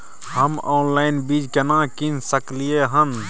हम ऑनलाइन बीज केना कीन सकलियै हन?